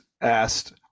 asked